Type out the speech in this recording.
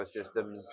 ecosystems